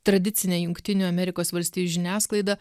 tradicinė jungtinių amerikos valstijų žiniasklaida